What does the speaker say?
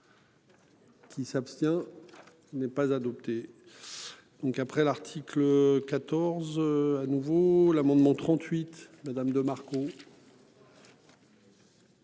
Qui s'abstient. N'est pas adopté. Donc après l'article 14 à nouveau l'amendement 38 Madame de Marco.